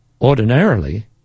Ordinarily